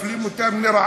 מפלים אותם לרעה,